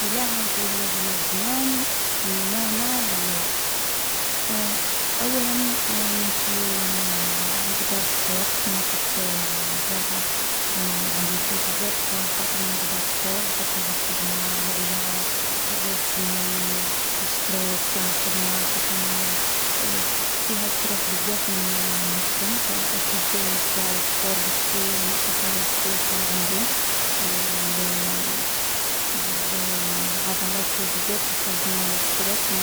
إلا عاود ولا بيا الزمان سيمانة للور، أولا نمشي نبدا السبور كيما كنت باغا عندي في بزاف. خاطري نبدا السبور، خاطش مع الخدمة و لعيا و الروتين و و ستراس تاع الخدمة، فـ فيها ستراس بزاف وين نخدم. أكيد نبدا السبور بالشوية نقّص من ستراس لي عندي.